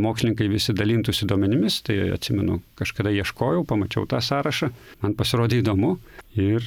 mokslininkai visi dalintųsi duomenimis tai atsimenu kažkada ieškojau pamačiau tą sąrašą man pasirodė įdomu ir